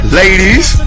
ladies